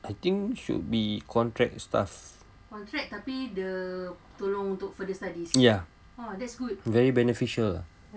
I think should be contract staff ya very beneficial